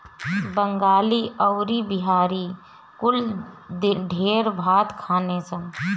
बंगाली अउरी बिहारी कुल ढेर भात खाने सन